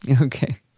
Okay